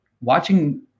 watching